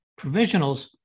provisionals